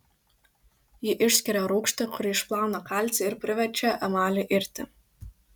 ji išskiria rūgštį kuri išplauna kalcį ir priverčia emalį irti